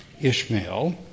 Ishmael